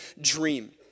dream